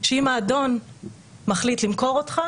שאם האדון מחליט למכור אותך